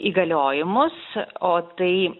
įgaliojimus o tai